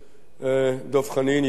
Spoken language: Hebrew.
דב חנין, ידידי,